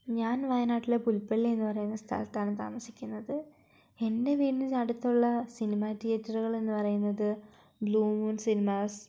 ഞാൻ വയനാട്ടിലെ പുൽപ്പള്ളി എന്ന് പറയുന്ന സ്ഥലത്താണ് താമസിക്കുന്നത് എൻ്റെ വീടിനടുത്തുള്ള സിനിമ തിയേറ്ററുകൾ എന്ന് പറയുന്നത് ബ്ലൂ മൂൺ സിനിമാസ്